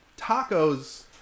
tacos